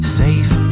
safe